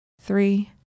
three